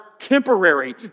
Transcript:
temporary